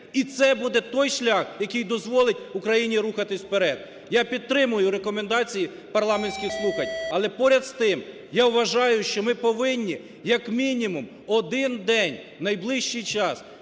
І це буде той шлях, який дозволить Україні рухатись вперед. Я підтримую рекомендації парламентських слухань, але поряд з тим, я вважаю, що ми повинні як мінімум один день в найближчий час